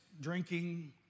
drinking